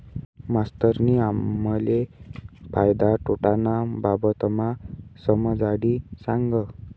मास्तरनी आम्हले फायदा तोटाना बाबतमा समजाडी सांगं